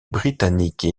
britannique